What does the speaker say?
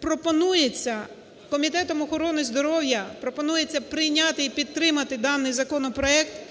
пропонується, Комітетом охорони здоров'я пропонується прийняти і підтримати даний законопроект,